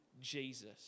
Jesus